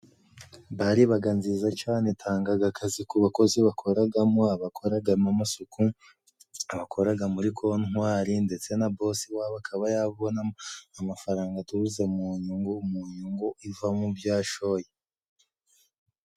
Bare ibaga nziza cane itangaga akazi ku bakozi bakoragamo abakoragamo amasuku ,abakoraga muri kontwari ndetse na Bosi wabo akaba yabonamo amafaranga aturutse mu nyungu mu nyungu iva mu byo yashoye.